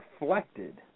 reflected